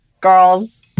girls